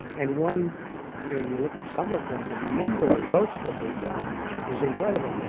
and won i mean, you look at some of them. the number of votes that we got is incredible.